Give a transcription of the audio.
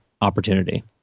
opportunity